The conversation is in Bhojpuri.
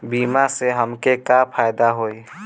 बीमा से हमके का फायदा होई?